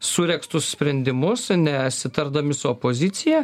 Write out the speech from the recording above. suregztus sprendimus nesitardami su opozicija